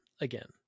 Again